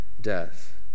death